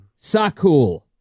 sakul